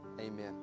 amen